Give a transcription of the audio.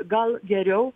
gal geriau